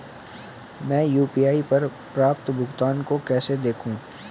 मैं यू.पी.आई पर प्राप्त भुगतान को कैसे देखूं?